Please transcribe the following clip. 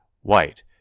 White